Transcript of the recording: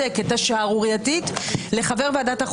תודה רבה שאתה קורא לי לסדר בזמן